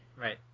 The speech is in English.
Right